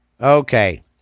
Okay